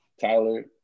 Tyler